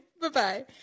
Bye-bye